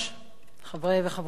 חברי וחברות הכנסת,